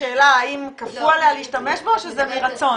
השאלה האם כפו עליה להשתמש בו או שזה מרצון.